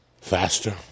faster